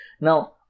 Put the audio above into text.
Now